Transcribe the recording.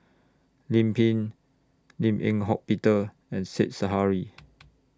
Lim Pin Lim Eng Hock Peter and Said Zahari